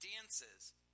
dances